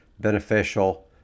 beneficial